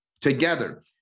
together